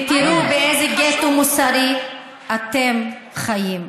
ותראו באיזה גטו מוסרי אתם חיים.